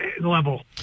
level